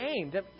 aimed